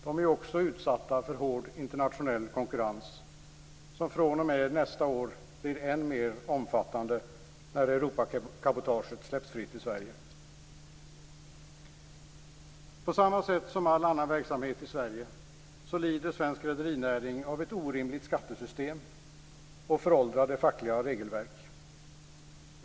De är ju också utsatta för hård internationell konkurrens, som fr.o.m. nästa år blir än mer omfattande när Europacabotaget släpps fritt i Sverige. På samma sätt som all annan verksamhet i Sverige lider svensk rederinäring av ett orimligt skattesystem och av föråldrade fackliga regelverk.